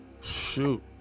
Shoot